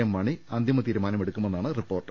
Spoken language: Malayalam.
എം മാണി അന്തിമ തീരുമാനമെടുക്കുമെന്നാണ് റിപ്പോർട്ട്